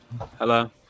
Hello